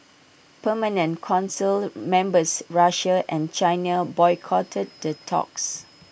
permanent Council members Russia and China boycotted the talks